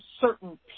certain